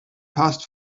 passed